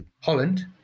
Holland